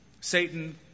Satan